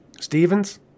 Stevens